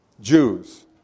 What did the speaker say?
Jews